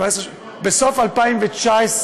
בסוף 2019,